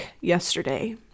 yesterday